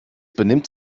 benimmt